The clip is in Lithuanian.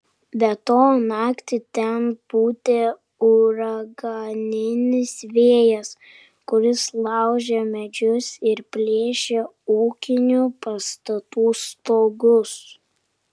be to naktį ten pūtė uraganinis vėjas kuris laužė medžius ir plėšė ūkinių pastatų stogus